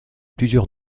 plusieurs